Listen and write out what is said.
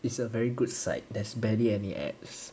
it's a very good site there's barely any ads